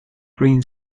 green